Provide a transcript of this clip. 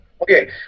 okay